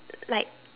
like